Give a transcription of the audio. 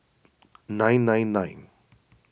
nine nine nine